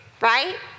right